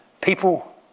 People